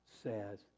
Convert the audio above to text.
says